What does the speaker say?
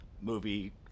movie